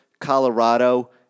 Colorado